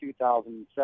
2007